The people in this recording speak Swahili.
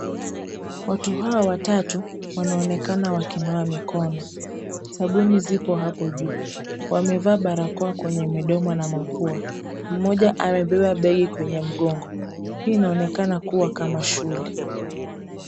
Watu hawa watatu wanaonekana wakinawa mikono, sabuni zipo hapo juu. Wamevaa barakoa kwenye midomo na mapua. Mmoja amebeba begi kwenye mgongo. Hii inaonekana kuwa kama shule.